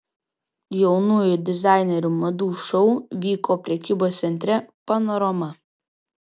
jaunųjų dizainerių madų šou vyko prekybos centre panorama